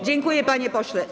Dziękuję, panie pośle.